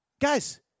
guys